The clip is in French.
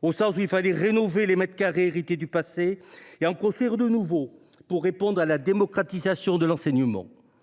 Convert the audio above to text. au sens où il fallait rénover les mètres carrés hérités du passé et en construire de nouveaux pour répondre à la démocratisation de l’enseignement.